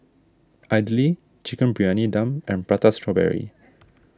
Idly Chicken Briyani Dum and Prata Strawberry